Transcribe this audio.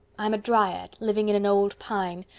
i'm a dryad living in an old pine,